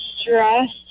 stressed